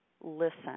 listen